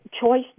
choice